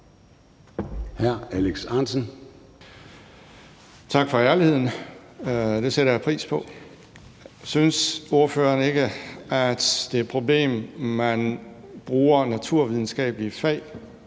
14:00 Alex Ahrendtsen (DF): Tak for ærligheden. Det sætter jeg pris på. Synes ordføreren ikke, at det er et problem, at man bruger naturvidenskabelige fag